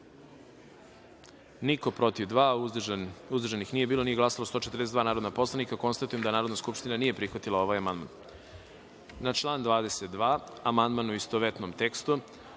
niko, protiv – dva, uzdržanih – nema, nije glasalo 142 narodna poslanika. Konstatujem da Narodna skupština nije prihvatila ovaj amandman. Na član 22. amandman, u istovetnom tekstu,